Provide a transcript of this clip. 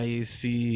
esse